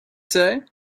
say